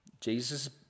Jesus